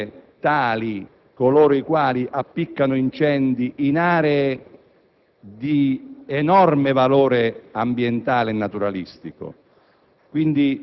definire tali coloro i quali appiccano incendi in aree di enorme valore ambientale e naturalistico.